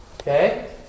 Okay